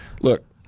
Look